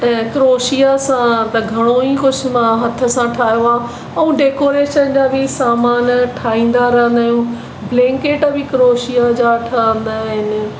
ऐं क्रोशिआ सां त घणो ई कुझु मां हथ सां ठाहियो आहे ऐं डेकोरेशन जा बि सामान ठाहींदा रहंदा आहियूं ब्लैंकिट बि क्रोशिआ जा ठहंदा आहिनि